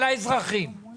אין